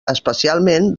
especialment